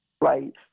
Right